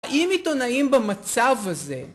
כי אם עיתונאים במצב הזה?